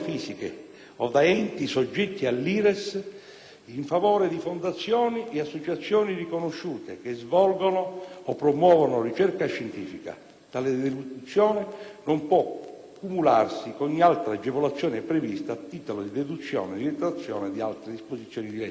o da enti soggetti all'IRES in favore di fondazioni e associazioni riconosciute, che svolgono o promuovono ricerca scientifica. Tale deduzione non può cumularsi con ogni altra agevolazione prevista, a titolo di deduzione o di detrazione, da altre disposizioni di legge.